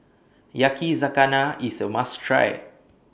Yakizakana IS A must Try